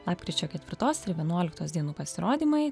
lapkričio ketvirtos ir vienuoliktos dienų pasirodymai